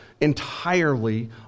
entirely